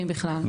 אם בכלל.